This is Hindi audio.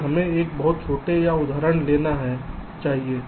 कि हमें एक बहुत छोटा सा उदाहरण लेना चाहिए